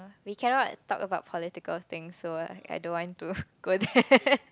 we cannot talk about political things so I don't want to go there